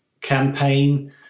campaign